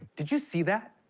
did you see that?